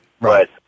right